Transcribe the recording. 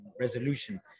resolution